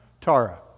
Tara